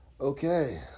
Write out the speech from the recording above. Okay